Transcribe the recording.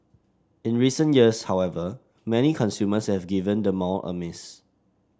in recent years however many consumers have given the mall a miss